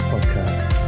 Podcast